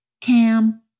Cam